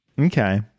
Okay